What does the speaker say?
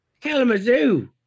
Kalamazoo